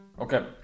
Okay